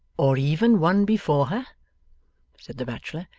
or even one before her said the bachelor.